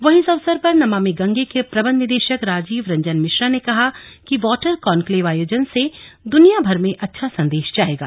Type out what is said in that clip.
वहीं इस अवसर पर नमामि गंगे के प्रबंध निदेशक राजीव रंजन मिश्रा ने कहा कि वॉटर कॉन्क्लेव आयोजन से दुनियाभर में अच्छा संदेश जाएगा